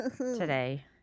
today